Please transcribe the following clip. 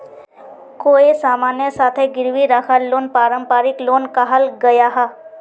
कोए सामानेर साथे गिरवी राखाल लोन पारंपरिक लोन कहाल गयाहा